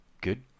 Good